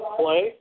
play